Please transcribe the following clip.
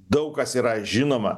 daug kas yra žinoma